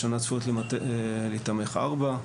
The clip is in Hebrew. השנה צפויות להיתמך ארבע.